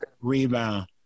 rebound